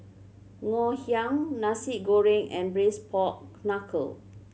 Ngoh Hiang Nasi Goreng and Braised Pork Knuckle